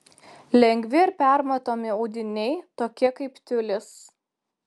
lengvi ir permatomi audiniai tokie kaip tiulis